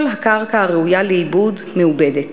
כל הקרקע הראויה לעיבוד, מעובדת.